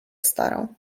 starał